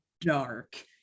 dark